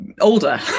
older